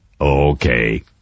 okay